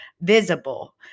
visible